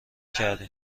کردیم